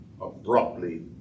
abruptly